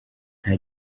nta